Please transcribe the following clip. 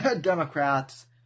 Democrats